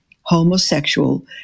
homosexual